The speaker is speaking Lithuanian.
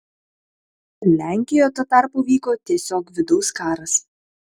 lenkijoje tuo tarpu vyko tiesiog vidaus karas